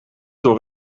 door